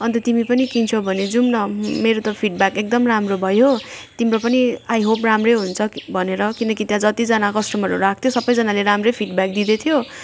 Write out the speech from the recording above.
अन्त तिमी पनि किन्छौ भने जाऊँ न मेरो त फिड ब्याक एकदम राम्रो भयो तिम्रो पनि आई होप राम्रो हुन्छ भनेर किनकि त्यहाँ जतिजना कस्टमरहरू आएको थियो सबजनाले राम्रो फिड ब्याक दिँदै थियो